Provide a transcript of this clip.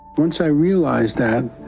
once i realized that,